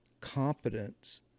competence